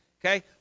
okay